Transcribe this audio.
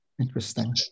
Interesting